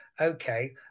okay